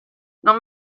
non